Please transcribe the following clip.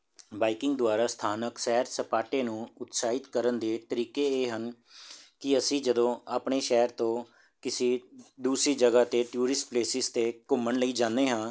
biking ਦੁਆਰਾ ਸਥਾਨਕ ਸੈਰ ਸਪਾਟੇ ਨੂੰ ਉਤਸ਼ਾਹਿਤ ਕਰਨ ਦੇ ਤਰੀਕੇ ਇਹ ਹਨ ਕਿ ਅਸੀਂ ਜਦੋਂ ਆਪਣੇ ਸ਼ਹਿਰ ਤੋਂ ਕਿਸੇ ਦੂਸਰੀ ਜਗ੍ਹਾ 'ਤੇ ਟੂਰਿਸਟ ਪਲੇਸਿਸ 'ਤੇ ਘੁੰਮਣ ਲਈ ਜਾਂਦੇ ਹਾਂ